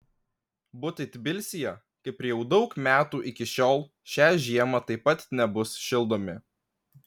butai tbilisyje kaip ir jau daug metų iki šiol šią žiemą taip pat nebus šildomi